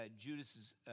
Judas